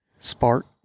Spark